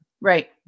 right